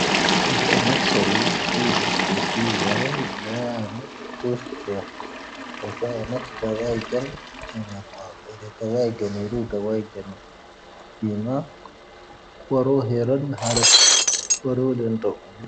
ʻʻⵉⵜʻⴰⵏ ⵏʻⴻⵜ ʻⵙⴰⵔⵉ ⵜʻⵉ ⴷʻⵉ ⵜʻⵉ ʻⵉ ⵡⴰⵉ ʻⵉ ʻⵍⴰ ⵏʻⴻⵜ ʻoⵙⵉⴽ. ʻoⵙāʻⴰⵏ ⵏʻⴻⵜ ʻⴷⴰⵡⴰⵢ ⴽⴰⵏ ʻⴻⵏ ʻⴻⵏ ⵡāⴱ ʻⴻ ʻⴷⴰⵡⴰⵢ ⴽⴰⵏ ʻⵔū ʻⴷⴰⵡⴰⵢ ⴽⴰⵏ ʻⵊⵉⵎⴰ. ʻⵡⴰⵔū ʻⵀⴻⵔⴰⵏ ʻⵀⴰⴷⴰⵜ ʻⵡⴰⵔū ʻⵍⴻⵏⵜoⴽ.